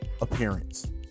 appearance